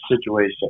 situation